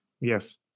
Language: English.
yes